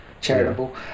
charitable